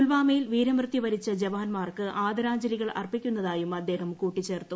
പുൽവാമയിൽ വീരമൃത്യു വരിച്ച ജവീൻമാർക്ക് ആദരാഞ്ജലികൾ അർപ്പിക്കുന്നതായും അദ്ദേഹം കൂട്ടിച്ചേർത്തു